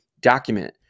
Document